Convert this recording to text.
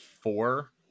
four